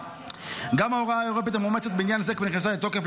גם ההוראה האירופאית המאומצת בעניין זה כבר נכנסה לתוקף.